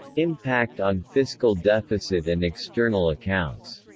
impact on fiscal deficit and external accounts